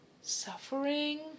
suffering